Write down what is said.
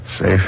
Safe